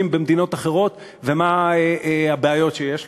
במדינות אחרות ומה הבעיות שיש להם.